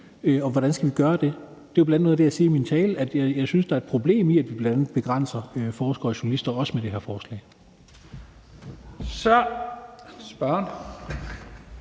Og hvordan skal vi gøre det? Det er jo bl.a. noget af det, jeg siger i min tale. Jeg synes, at der er et problem i, at vi bl.a. begrænser forskere og journalister også med det her forslag. Kl.